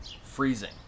freezing